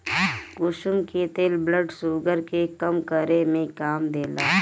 कुसुम के तेल blood sugar के कम करे में काम देला